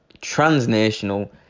transnational